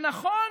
שנכון